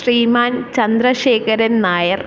Shriman Chandrasekharan Nair